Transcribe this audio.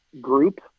group